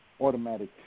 automatic